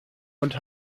und